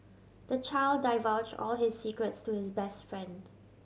the child divulge all his secrets to his best friend